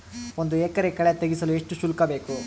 ಒಂದು ಎಕರೆ ಕಳೆ ತೆಗೆಸಲು ಎಷ್ಟು ಶುಲ್ಕ ಬೇಕು?